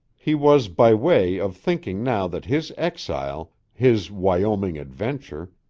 he was by way of thinking now that his exile, his wyoming adventure,